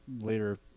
later